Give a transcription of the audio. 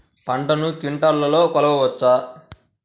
పంటను క్వింటాల్లలో కొలవచ్చా?